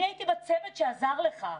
אני הייתי בצוות שעזר לך.